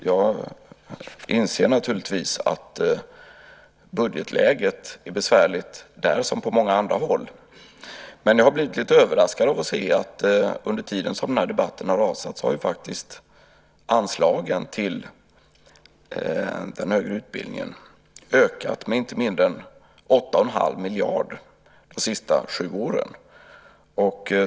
Jag inser naturligtvis att budgetläget där är besvärligt som på många andra håll. Men under den tid som den här debatten har rasat har anslagen till den högre utbildningen ökat med inte mindre än 81⁄2 miljarder under de senaste sju åren.